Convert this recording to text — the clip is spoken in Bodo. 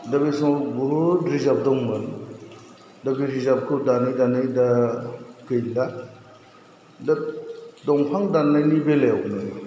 दा बे समाव बहुथ रिजार्ब दंमोन दा बे रिजार्बखौ दानै दानै दा गैला दा दंफां दाननायनि बेलायावनो